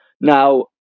Now